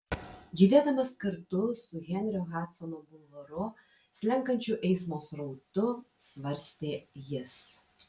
judėdamas kartu su henrio hadsono bulvaru slenkančiu eismo srautu svarstė jis